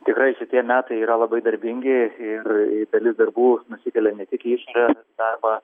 tikrai šitie metai yra labai darbingi ir dalis darbų nusikelia ne tik į išorę darbą